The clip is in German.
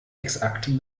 exakt